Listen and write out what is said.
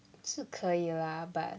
是可以 lah but